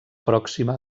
pròxima